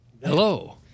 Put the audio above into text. Hello